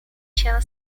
się